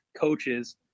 coaches